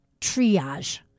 triage